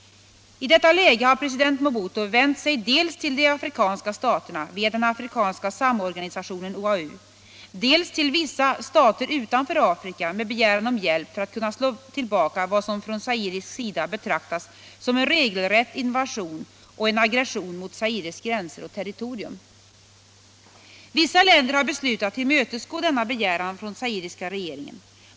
I detta läge har president Mobutu vänt sig dels till de afrikanska staterna via den afrikanska samorganisationen OAU, dels till vissa stater utanför Afrika, med begäran om hjälp för att kunna slå tillbaka vad som från zairisk sida betraktas som en regelrätt invasion och en aggression mot Zaires gränser och territorium. Vissa länder har beslutat tillmötesgå denna begäran från zairiska regeringen.